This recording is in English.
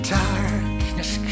darkness